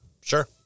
Sure